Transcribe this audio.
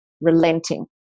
relenting